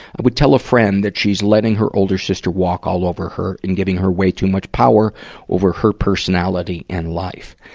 i would tell a friend that she's letting her older sister walk all over her and giving her way too much power over her personality and life.